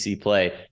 play